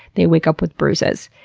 they wake up with bruises.